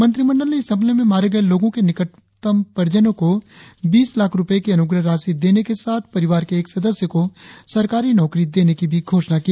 मंत्रिमंडल ने इस हमले में मारे गए लोगों के निकटतम परिजनों को बीस लाख रुपये की अनुग्रह राशि देने के साथ परिवार के एक सदस्य को सरकारी नौकरी देने की भी घोषणा की